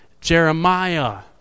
Jeremiah